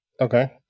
Okay